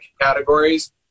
categories